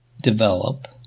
develop